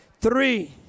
Three